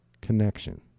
connection